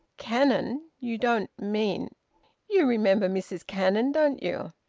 cannon? you don't mean you remember mrs cannon, don't you?